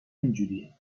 اینجوریه